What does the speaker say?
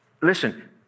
listen